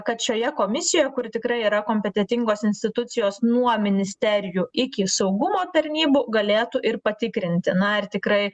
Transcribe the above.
kad šioje komisijoj kur tikrai yra kompetentingos institucijos nuo ministerijų iki saugumo tarnybų galėtų ir patikrinti na ar tikrai